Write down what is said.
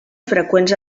freqüents